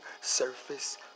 surface